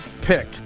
pick